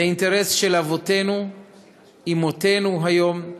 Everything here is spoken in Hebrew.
זה אינטרס של אבותינו ואמותינו היום,